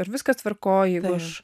ar viskas tvarkoj jeigu aš